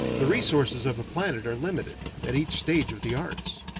the resources of a planet are limited, at each stage of the arts.